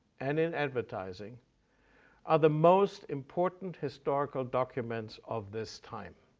and in advertising are the most important historical documents of this time.